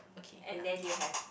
and then you have